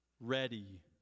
ready